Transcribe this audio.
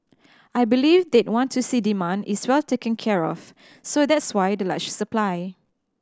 I believe they'd want to see demand is well taken care of so that's why the large supply